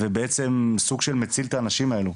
ובעצם סוג של מציל את האנשים האלו.